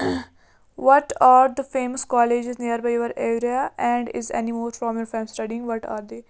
what are the famous colleges near by your area and is any more from your studying what are the